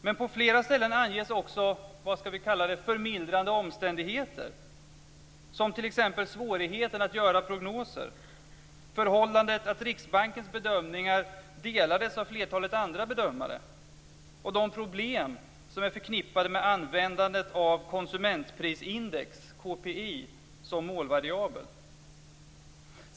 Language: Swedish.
Men på flera ställen anges också, skall vi kalla det förmildrande omständigheter, som t.ex. svårigheten att göra prognoser, förhållandet att Riksbankens bedömningar delades av flertalet andra bedömare och de problem som är förknippade med användandet av konsumentprisindex, KPI, som målvariabel.